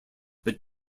but